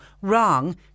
wrong